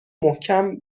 محکم